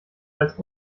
als